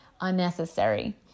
unnecessary